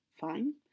fine